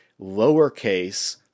lowercase